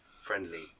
friendly